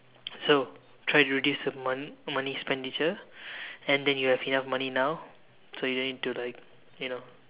so try to reduce the mon~ money expenditure then you have enough money now so you don't need to like you know